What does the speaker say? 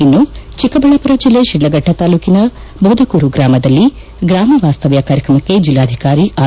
ಇನ್ನು ಚಿಕ್ಕಬಳ್ಳಾಪುರ ಜಿಲ್ಲೆ ತಿಡ್ಡಫಟ್ಟ ತಾಲೂಕಿನ ಬೋದಗೂರು ಗ್ರಾಮದಲ್ಲಿ ಗ್ರಾಮ ವಾಸವ್ಯ ಕಾರ್ಯಕ್ರಮಕ್ಕೆ ಜಲ್ಲಾಧಿಕಾರಿ ಆರ್